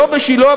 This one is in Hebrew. לא בשילה,